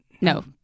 No